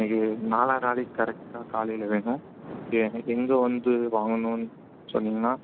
இன்றைக்கு நாலா நாளைக்கு கரெக்டாக காலையில் வேணும் எங்கே வந்து வாங்கணுன் சொன்னீங்கன்னா